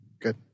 Good